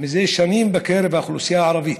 זה שנים בקרב האוכלוסייה הערבית.